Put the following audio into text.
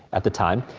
at the time.